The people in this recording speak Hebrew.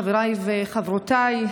חבריי וחברותיי,